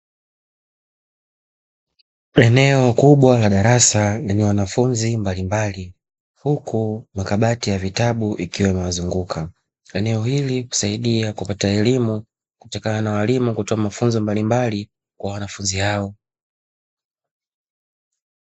Eneo kubwa la darasa lina wanafunzi mbalimbali huku makabati ya vitabu yakiwa yamewazunguka, eneo hili usahidia kupata elimu kutokana na walimu kutoa mafunzo mbalimbali kwa wanafunzi hao.